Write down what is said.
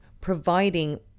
Providing